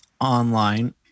online